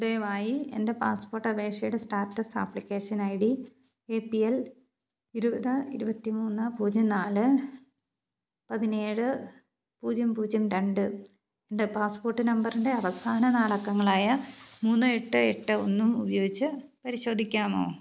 ദയവായി എൻ്റെ പാസ്പോർട്ട് അപേക്ഷയുടെ status application I D A P L ഇരുപത് ഇരുപത്തിമൂന്ന് പൂജ്യം നാല് പതിനേഴ് പൂജ്യം പൂജ്യം രണ്ട് എൻ്റെ പാസ്പോർട്ട് നമ്പറിൻ്റെ അവസാന നാലക്കങ്ങളായ മൂന്ന് എട്ട് എട്ട് ഒന്നും ഉപയോഗിച്ച് പരിശോധിക്കാമോ